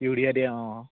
urea দিয়া অঁ